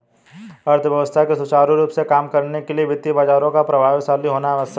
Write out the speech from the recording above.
अर्थव्यवस्था के सुचारू रूप से काम करने के लिए वित्तीय बाजारों का प्रभावशाली होना आवश्यक है